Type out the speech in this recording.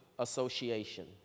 association